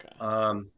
Okay